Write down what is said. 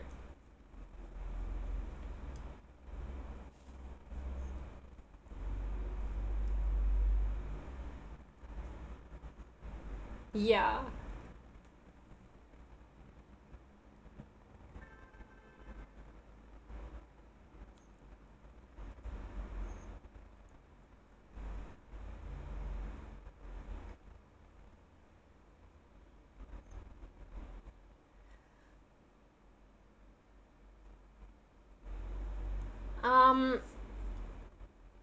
ya um